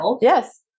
Yes